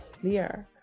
clear